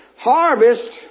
Harvest